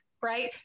right